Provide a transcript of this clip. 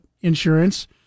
insurance